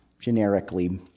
generically